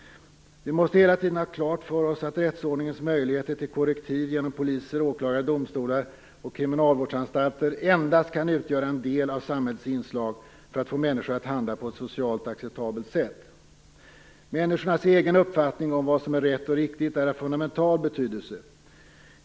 Vi måste hela tiden ha klart för oss att rättsordningens möjligheter till korrektiv genom poliser, åklagare, domstolar och kriminalvårdsanstalter endast kan utgöra en del av samhällets inslag för att få människor att handla på ett socialt acceptabelt sätt. Människornas egen uppfattning om vad som är rätt och riktigt är av fundamental betydelse.